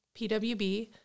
PWB